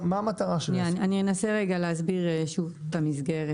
אני אנסה רגע להסביר שוב את המסגרת.